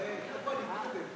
נתקבלו.